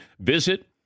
Visit